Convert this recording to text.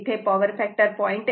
इथे power factor 0